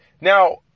Now